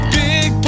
big